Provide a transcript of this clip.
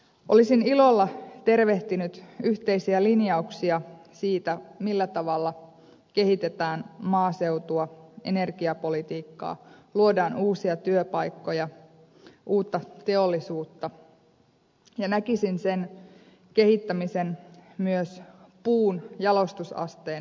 olisin ilolla tervehtinyt yhteisiä linjauksia siitä millä tavalla kehitetään maaseutua energiapolitiikkaa luodaan uusia työpaikkoja uutta teollisuutta ja näkisin sen kehittämisen myös puun jalostusasteen nostossa